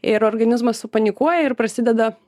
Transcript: ir organizmas supanikuoja ir prasideda